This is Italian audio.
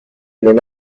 non